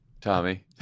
Tommy